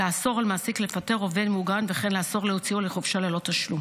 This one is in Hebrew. לאסור על מעסיק לפטר עובד מוגן וכן לאסור להוציאו לחופשה ללא תשלום.